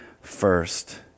first